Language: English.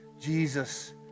Jesus